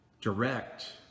direct